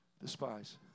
despise